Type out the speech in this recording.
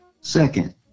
Second